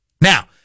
Now